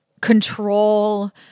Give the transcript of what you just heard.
control